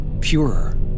purer